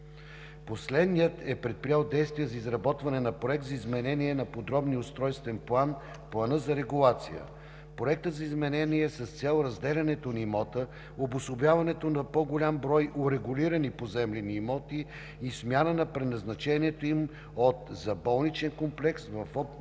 Последният е предприел действия за изработване на проект за изменение на подробния устройствен план – плана за регулация. Проектът за изменение е с цел разделянето на имота, обособяването на по-голям брой урегулирани поземлени имоти и смяна на предназначението им от „за болничен комплекс“ в по-общо